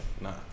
nah